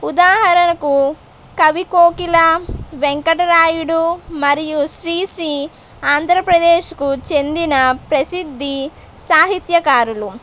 ఉదాహరణకు కవి కోకిల వెంకటరాయుడు మరియు శ్రీశ్రీ ఆంధ్ర ప్రదేశ్కు చెందిన ప్రసిద్ధి సాహిత్యకారులు